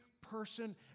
person